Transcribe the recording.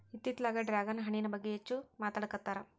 ಇತ್ತಿತ್ತಲಾಗ ಡ್ರ್ಯಾಗನ್ ಹಣ್ಣಿನ ಬಗ್ಗೆ ಹೆಚ್ಚು ಮಾತಾಡಾಕತ್ತಾರ